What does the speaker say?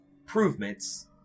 improvements